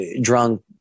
drunk